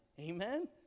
amen